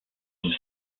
une